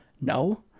No